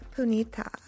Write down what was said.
Punita